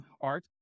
art